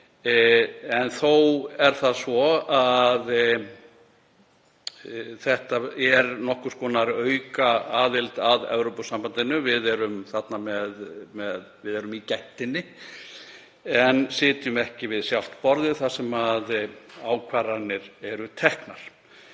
Þó er þetta nokkurs konar aukaaðild að Evrópusambandinu. Við erum í gættinni en sitjum ekki við sjálft borðið þar sem ákvarðanir eru teknar.